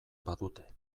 badute